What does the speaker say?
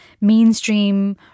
mainstream